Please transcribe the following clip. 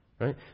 right